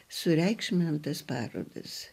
sureikšminam tas parodas